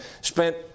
spent